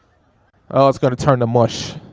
oh, it's gonna turn to mush.